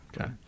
Okay